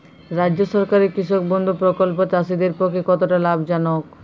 রাজ্য সরকারের কৃষক বন্ধু প্রকল্প চাষীদের পক্ষে কতটা লাভজনক?